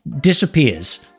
disappears